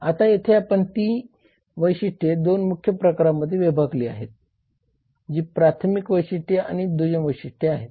आता येथे आपण ती वैशिष्ट्ये 2 मुख्य प्रकारांमध्ये विभागली आहेत जी प्राथमिक वैशिष्ट्ये आणि दुय्यम वैशिष्ट्ये आहेत